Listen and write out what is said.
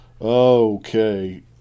Okay